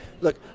Look